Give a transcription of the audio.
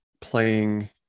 playing